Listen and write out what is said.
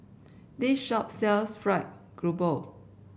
this shop sells fried grouper